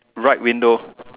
right window